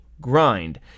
grind